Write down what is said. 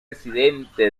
presidente